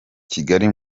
kigali